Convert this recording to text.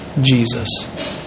Jesus